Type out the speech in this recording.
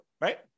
right